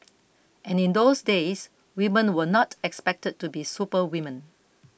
and in those days women were not expected to be superwomen